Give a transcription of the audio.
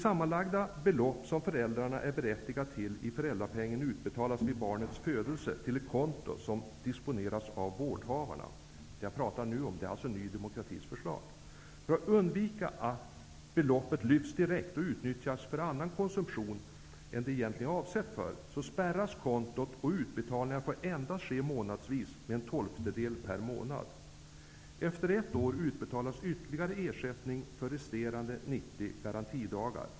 Det sammanlagda belopp som föräldrarna är berättigade till i föräldrapenning utbetalas vid barnets födelse på ett konto som disponeras av vårdhavarna. För att undvika att beloppet lyfts tidigare och utnyttjas för annan konsumtion än vad det egentligen är avsett för spärras kontot, och utbetalningar får ske endast månadsvis med en tolftedel per månad. Efter ett år utbetalas ytterligare ersättning för resterande 90 garantidagar.